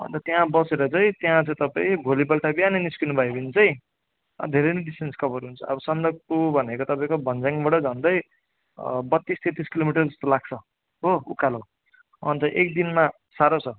अन्त त्यहाँ बसेर चाहिँ त्यहाँ चाहिँ तपाईँ भोलिपल्ट बिहानै निस्किनु भयो भने चाहिँ धेरै नै डिस्टेन्स कभर हुन्छ अब सन्दकपू भनेको तपाईँको भन्ज्याङबड झन्डै बत्तिस तेत्तिस किलोमिटर जस्तो लाग्छ हो उकालो अन्त एक दिनमा साह्रो छ